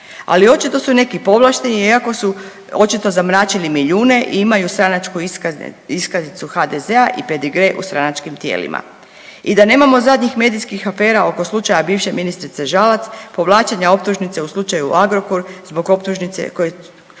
Ali očito su neki povlašteni iako su očito zamračili milijune i imaju stranačku iskaznicu HDZ-a i pedigre u stranačkim tijelima. I da nemamo zadnjih medijskih afera oko slučaja bivše ministrice Žalac, povlačenja optužnice u slučaju Agrokor